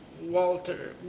Walter